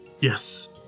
Yes